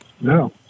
no